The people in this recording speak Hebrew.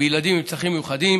בילדים עם צרכים מיוחדים,